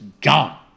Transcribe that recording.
gone